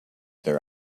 their